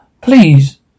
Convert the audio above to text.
Please